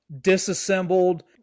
disassembled